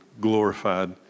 glorified